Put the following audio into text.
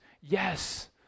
yes